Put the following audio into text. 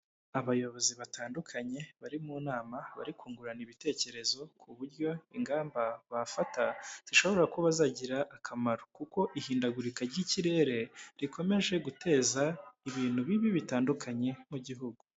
Abayobozi batandukanye bari mu nama bari kungurana ibitekerezo kuburyo ingamba bafata zishobora kuba zagirira akamaro kuko ihindagurika ry'ikirere rikomeje guteza ibintu bibi bitandukanye mu gihugu.